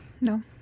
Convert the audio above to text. no